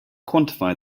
quantify